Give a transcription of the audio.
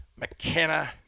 McKenna